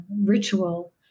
ritual